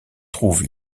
trouve